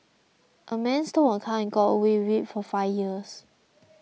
a man stole a car and got away with it for five years